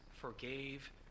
forgave